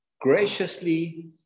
graciously